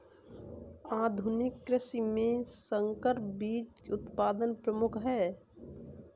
आधुनिक कृषि में संकर बीज उत्पादन प्रमुख है